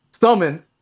summon